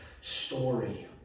story